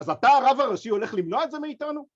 ‫אז אתה, הרב הראשי, ‫הולך למנוע את זה מאיתנו?!